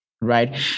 right